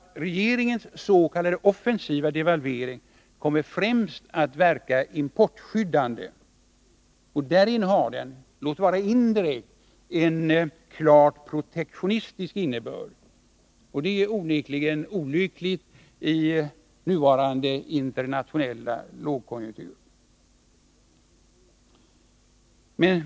Regeringens s.k. offensiva devalvering kommer främst att verka importskyddande. Därigenom har den, låt vara indirekt, en klart protektionistisk innebörd, och det är onekligen olyckligt i nuvarande internationella lågkonjunktur.